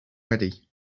ready